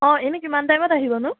অঁ এনে কিমান টাইমত আহিব নো